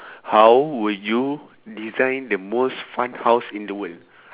how would you design the most fun house in the world